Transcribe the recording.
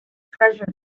treasure